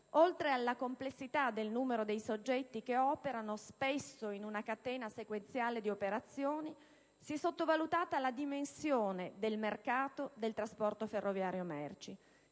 oltre alla complessità del numero dei soggetti che operano, spesso in una catena sequenziale di operazioni, si è sottovalutata la dimensione del mercato del trasporto ferroviario merci.